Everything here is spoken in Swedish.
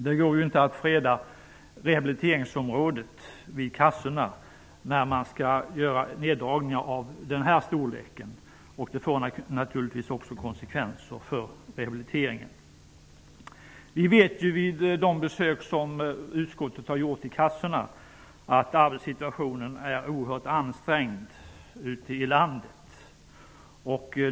Det går inte att vid kassorna freda rehabiliteringsområdet om det skall göras neddragningar av en sådan storlek. Det leder naturligtvis också till konsekvenser för rehabiliteringen. Vid de besök som utskottet gjort på försäkringskassorna har vi funnit att arbetssituationen är oerhört ansträngd ute i landet.